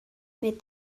mit